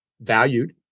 valued